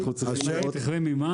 למעט רכבי מימן